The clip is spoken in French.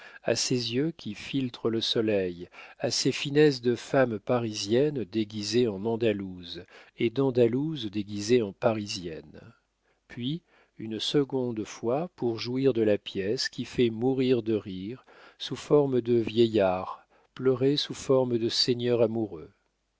à ces yeux qui filtrent le soleil à ces finesses de femme parisienne déguisée en andalouse et d'andalouse déguisée en parisienne puis une seconde fois pour jouir de la pièce qui fait mourir de rire sous forme de vieillard pleurer sous forme de seigneur amoureux